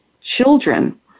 children